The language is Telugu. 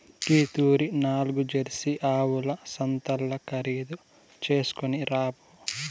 ఈ తూరి నాల్గు జెర్సీ ఆవుల సంతల్ల ఖరీదు చేస్కొని రాపో